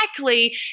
likely